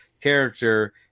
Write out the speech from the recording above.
character